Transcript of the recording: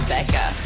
Becca